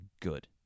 good